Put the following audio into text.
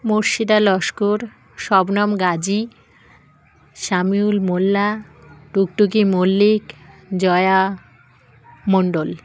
Murshida Laskar Shabnam Gazi Shamiul Molla Tuktuki Mallick Jaya Mondal